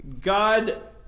God